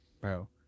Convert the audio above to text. bro